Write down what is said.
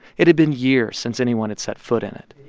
it had been years since anyone had set foot in it.